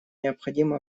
необходимо